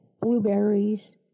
blueberries